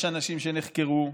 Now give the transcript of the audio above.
יש אנשים שנחקרו,